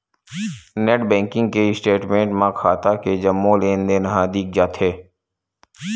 net banking के statement म खाता के जम्मो लेनदेन ह दिख जाथे